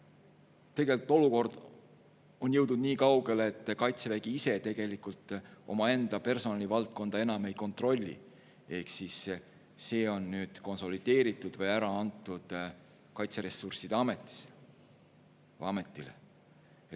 puudulikud? Olukord on jõudnud niikaugele, et Kaitsevägi ise tegelikult omaenda personalivaldkonda enam ei kontrolli. See on konsolideeritud või üle antud Kaitseressursside Ametile.